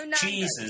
Jesus